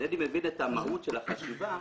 אינני מבין את המהות של החשיבה